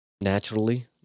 naturally